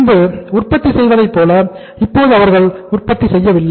முன்பு உற்பத்தி செய்வதை போல இப்போது அவர்கள் உற்பத்தி செய்வதில்லை